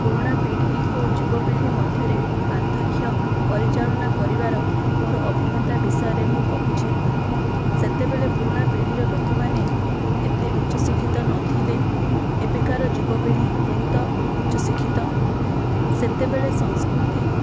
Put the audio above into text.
ପୁରୁଣା ପୀଢ଼ି ଓ ଯୁବ ପୀଢ଼ି ମଧ୍ୟରେ ପାର୍ଥକ୍ୟ ପରିଚାଳନା କରିବାର ମୋର ଅଭିଜ୍ଞତା ବିଷୟରେ ମୁଁ କହୁଛି ସେତେବେଳେ ପୁରୁଣା ପୀଢ଼ିର ଲୋକମାନେ ଏତେ ଉଚ୍ଚ ଶିକ୍ଷିତ ନ ଥିଲେ ଏବେକାର ଯୁବ ପୀଢ଼ି ବହୁତ ଉଚ୍ଚ ଶିକ୍ଷିତ ସେତେବେଳେ ସଂସ୍କୃତି